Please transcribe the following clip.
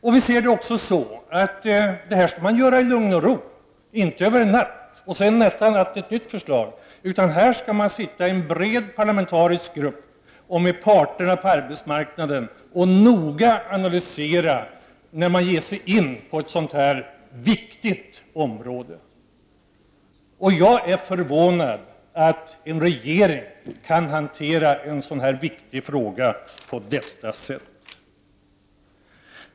Vi anser att sådant här skall göras i lugn och ro — det får inte ske över en natt. Det får alltså inte vara så, att det nästa natt kommer ett nytt förslag. I stället skall man sitta med i en bred parlamentarisk grupp — parterna på arbetsmarknaden skall också vara med — och noga analysera dessa saker. Det måste man när man ger sig in på ett sådant här viktigt område. Jag är förvånad över att regeringen kan hantera en sådan här viktig fråga på detta sätt.